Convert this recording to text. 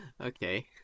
Okay